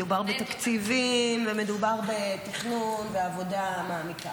מדובר בתקציבים ומדובר בתכנון ועבודה מעמיקה.